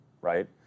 right